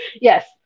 Yes